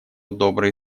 добрые